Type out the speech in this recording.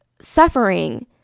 suffering